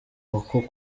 uku